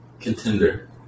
contender